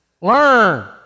Learn